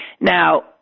Now